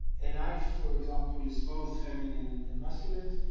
a knife, for example, is both feminine and and masculine.